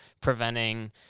preventing